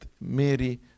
Mary